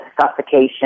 suffocation